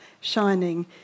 shining